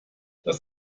das